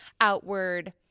outward